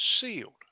Sealed